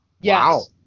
Yes